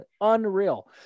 unreal